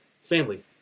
Family